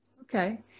Okay